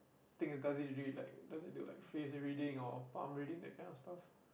things does it really like does it do like face reading or palm reading that kind of stuff